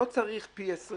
לא צריך פי 20